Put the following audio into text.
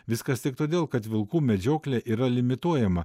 viskas tik todėl kad vilkų medžioklė yra limituojama